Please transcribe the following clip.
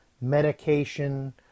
medication